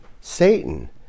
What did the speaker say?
Satan